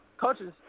coaches